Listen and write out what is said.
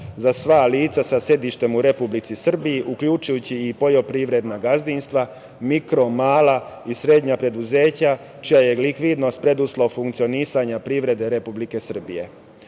za sva lica sa sedištem u Republici Srbiji, uključujući i poljoprivredna gazdinstva, mikro, mala i srednja preduzeća, čija je likvidnost preduslov funkcionisanja privrede Republike